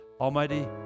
Almighty